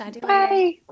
bye